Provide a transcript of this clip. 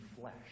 flesh